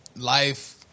life